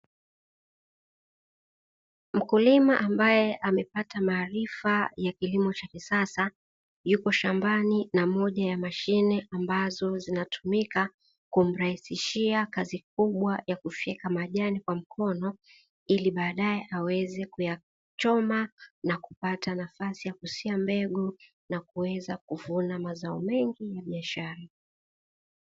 Mkulima ambaye amepata maarifa ya kilimo cha kisasa, yuko shambani na moja ya mashine ambazo zinatumika kumrahisishia kazi kubwa ya kufyeka majani kwa mkono. Ili baadaye aweze kuyachoma na kupata nafasi ya kusia mbegu na kuweza kuvuna mazao mengi ya biashara.